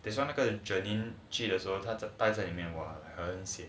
that's why 那个 jernnine 记得他只呆在里面很 sian